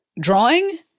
drawing